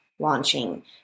launching